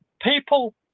People